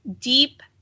deep